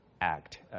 Act